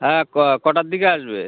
হ্যাঁ কটার দিকে আসবে